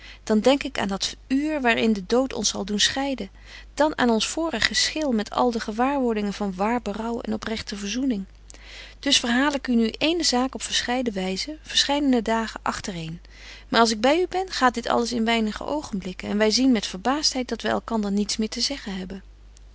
dan denk ik aan dat uur waar in de dood ons zal doen scheiden dan aan ons vorig geschil met al de gewaarwordingen van waar berouw en oprechte verzoening dus verhaal ik u nu ééne zaak op verscheiden wyzen verscheiden dagen agter een maar als ik by u ben gaat dit alles in weinige oogenblikken en wy zien met verbaastheid dat wy elkander niets meer te zeggen hebben